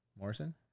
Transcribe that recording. Morrison